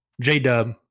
J-Dub